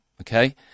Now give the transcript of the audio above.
okay